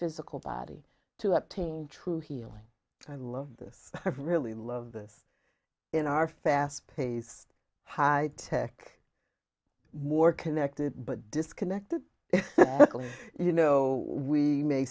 physical body to obtain true healing i love this really love this in our fast paced high tech more connected but disconnected you know we may